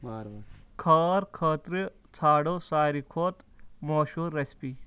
کھار خٲطرٕ ژھانٛڈو ساروی کھۄتہٕ مشہوٗر رِیسِپی